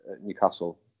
Newcastle